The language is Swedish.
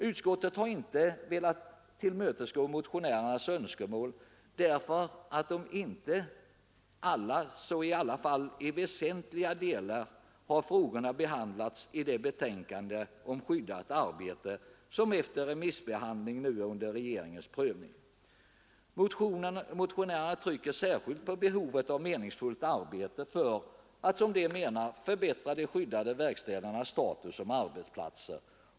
Utskottet har inte velat tillmötesgå motionärernas önskemål, eftersom dessa frågor, om inte alla så dock väsentliga delar av dem, har behandlats i betänkandet Skyddat arbete, som efter remissbehandling nu är under regeringens prövning. Motionärerna trycker särskilt på behovet av meningsfullt arbete för att, som de menar, förbättra de skyddade verkstädernas status som arbetsplatser.